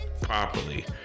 properly